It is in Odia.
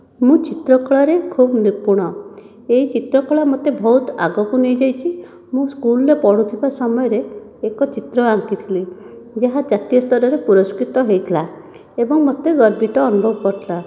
ମୁଁ ଚିତ୍ରକଳାରେ ଖୁବ ନିପୁଣ ଏହି ଚିତ୍ରକଳା ମୋତେ ବହୁତ ଆଗକୁ ନେଇଯାଇଛି ମୁଁ ସ୍କୁଲରେ ପଢ଼ୁଥିବା ସମୟରେ ଏକ ଚିତ୍ର ଆଙ୍କିଥିଲି ଯାହା ଜାତୀୟ ସ୍ଥରରେ ପୁରସ୍କୃତ ହୋଇଥିଲା ଏବଂ ମୋତେ ଗର୍ବିତ ଅନୁଭବ କରିଥିଲା